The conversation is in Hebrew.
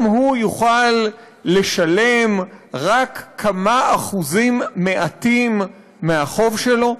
גם הוא יוכל לשלם רק כמה אחוזים מעטים מהחוב שלו?